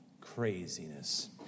Craziness